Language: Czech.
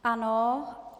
Ano.